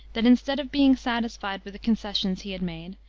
that instead of being satisfied with the concessions he had made,